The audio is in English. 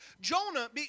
Jonah